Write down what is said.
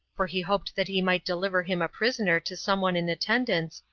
for he hoped that he might deliver him a prisoner to some one in attendance,